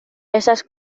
esas